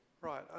Right